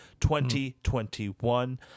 2021